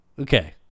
okay